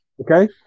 okay